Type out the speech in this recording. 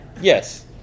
Yes